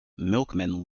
milkman